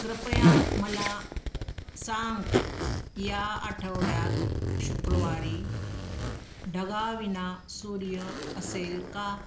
कृपया मला सांग या आठवड्यात शुक्रवारी ढगांविना सूर्य असेल का